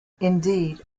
indeed